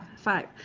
five